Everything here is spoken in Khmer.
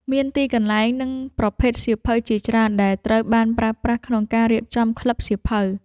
មានទីកន្លែង និងប្រភេទសៀវភៅជាច្រើនដែលត្រូវបានប្រើប្រាស់ក្នុងការរៀបចំក្លឹបសៀវភៅ។